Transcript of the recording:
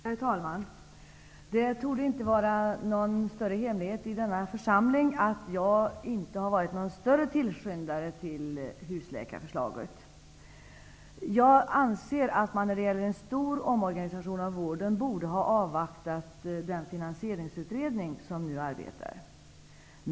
Herr talman! Det torde inte vara någon större hemlighet i denna församling att jag inte har varit någon större tillskyndare av husläkarförslaget. Jag anser att man när det gäller en stor omorganisation av vården borde ha avvaktat den finansieringsutredning som nu arbetar.